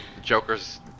Joker's